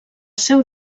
seu